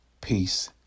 Peace